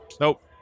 Nope